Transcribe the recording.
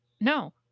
no